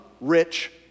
rich